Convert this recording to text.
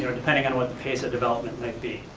you know depending on what the pace of development like be.